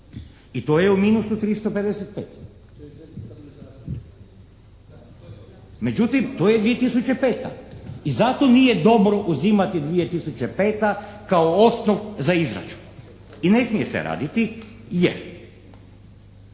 I to je u minusu 355. Međutim, to je 2005. I zato nije dobro uzimati 2005. kao osnov za izračun. I ne smije se raditi jer